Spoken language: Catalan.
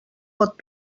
pot